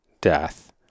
death